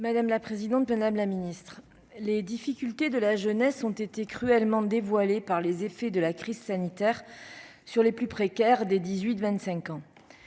madame la secrétaire d'État, mes chers collègues, les difficultés de la jeunesse ont été cruellement dévoilées par les effets de la crise sanitaire sur les plus précaires des 18-25 ans.